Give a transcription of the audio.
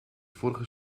vorige